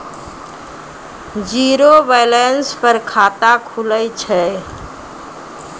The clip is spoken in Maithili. जीरो बैलेंस पर खाता खुले छै?